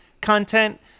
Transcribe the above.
content